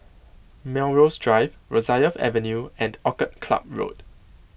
Melrose Drive Rosyth Avenue and Orchid Club Road